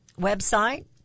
website